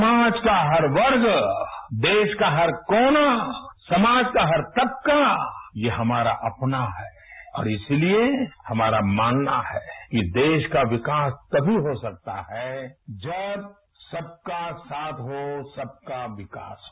समाज का हर वर्ग देश का हर कोना समाज का हर तबका ये हमारा अपना है और इसलिए हमारा मानना है कि देश का विकास तभी हो सकता है जब सबका साथ हो सबका विकास हो